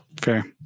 Fair